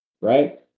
right